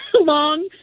long